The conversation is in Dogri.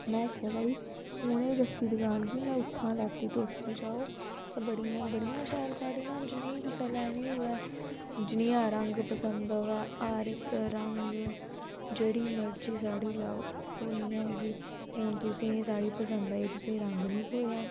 में आखेआ भई उनेंई दस्सी दकान कि में उत्थां लैती तुस बी जाओ उत्थैं बड़ियां बड़ियां शैल साड़ियां न जनेही कुसै लैनी होऐ जनेहा रंग पंसद आवै हर इक रंग जेह्ड़ी मर्जी साड़ी लैओ ओह् नी ऐ कि हून तुसेंई साड़ी पंसद आई तुसेंई रंग नी थ्होएआ न